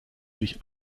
sich